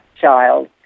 child